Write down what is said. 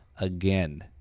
again